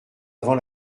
avant